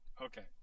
Okay